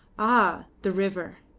ah! the river!